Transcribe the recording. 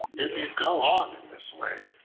if you go on in this way,